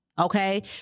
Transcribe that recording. okay